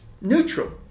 neutral